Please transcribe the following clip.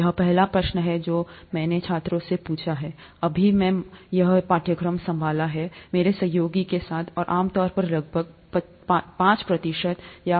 यह पहला प्रश्न है जो मैंने छात्रों से पूछा है जब भी मैंने संभाला है मेरे सहयोगियों के साथ यह पाठ्यक्रम और आम तौर पर लगभग पाँच प्रतिशत या पाँच प्रतिशत से कम होगा अपने बारहवीं कक्षा में जीव विज्ञान किया है